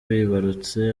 wibarutse